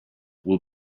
will